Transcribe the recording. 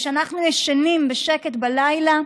כשאנחנו ישנים בשקט בלילה,